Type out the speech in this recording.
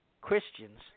Christians